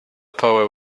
power